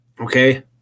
okay